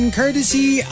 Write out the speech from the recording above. courtesy